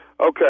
Okay